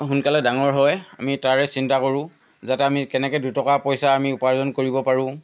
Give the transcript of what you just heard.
সোনকালে ডাঙৰ হয় আমি তাৰে চিন্তা কৰোঁ যাতে আমি কেনেকৈ দুটকা পইচা আমি উপাৰ্জন কৰিব পাৰোঁ